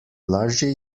lažje